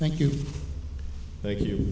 thank you thank you